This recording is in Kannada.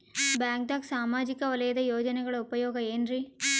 ಬ್ಯಾಂಕ್ದಾಗ ಸಾಮಾಜಿಕ ವಲಯದ ಯೋಜನೆಗಳ ಉಪಯೋಗ ಏನ್ರೀ?